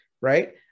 right